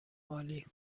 عالی